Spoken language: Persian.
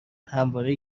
همواره